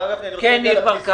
הרב גפני, אני רוצה להעיר הערה.